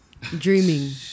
dreaming